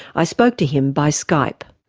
i spoke to him by skype.